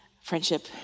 friendship